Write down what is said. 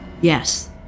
Yes